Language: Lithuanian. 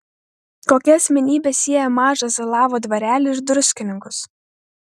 kokia asmenybė sieja mažą zalavo dvarelį ir druskininkus